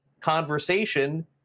conversation